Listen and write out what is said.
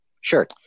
Sure